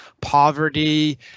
poverty